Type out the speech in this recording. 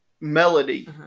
melody